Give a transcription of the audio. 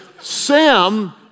Sam